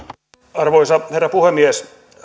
arvoisa herra puhemies